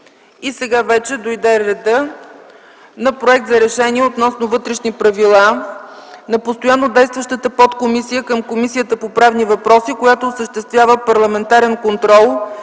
правни въпроси обсъди Проект за решение относно вътрешни правила на Постоянно действащата подкомисия към Комисията по правни въпроси, която осъществява парламентарен контрол